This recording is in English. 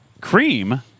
cream